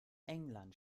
england